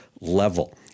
level